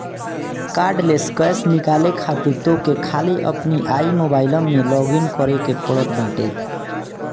cardless cash निकाले खातिर तोहके खाली अपनी आई मोबाइलम में लॉगइन करे के पड़त बाटे